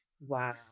Wow